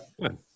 Good